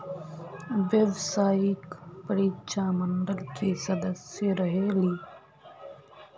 व्यावसायिक परीक्षा मंडल के सदस्य रहे ली?